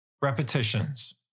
repetitions